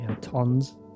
Tons